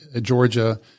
Georgia